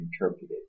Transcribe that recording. interpreted